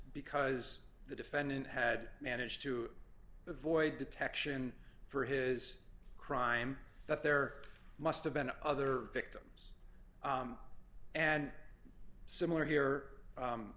because the defendant had managed to avoid detection for his crime that there must have been other victims and similar here